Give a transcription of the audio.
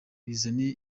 bizana